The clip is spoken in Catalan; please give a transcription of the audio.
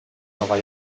nova